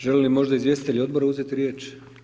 Želi li možda izvjestitelj odbora uzeti riječ?